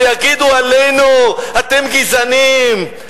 ויגידו עלינו: אתם גזענים.